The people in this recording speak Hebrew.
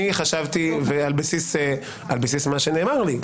אני חשבתי על בסיס מה שנאמר לי,